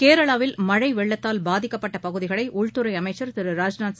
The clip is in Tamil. கேரளாவில் மழை வெள்ளத்தால் பாதிக்கப்பட்ட பகுதிகளை உள்துறை அமைச்சர் திரு ராஜ்நாத்